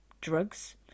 drugs